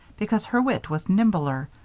because her wit was nimbler,